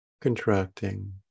contracting